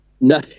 no